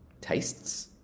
tastes